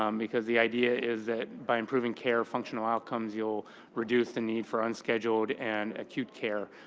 um because the idea is that by improving care, functional outcomes, you'll reduce the need for unscheduled and acute care,